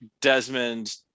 Desmond